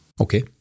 Okay